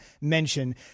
mention –